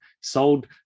sold